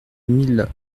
mille